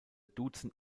duzen